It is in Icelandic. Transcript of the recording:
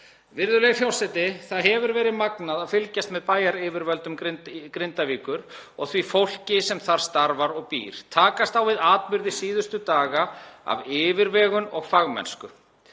Virðulegi forseti. Það hefur verið magnað að fylgjast með bæjaryfirvöldum Grindavíkur og því fólki sem þar starfar og býr takast á við atburði síðustu daga af yfirvegun og fagmennsku.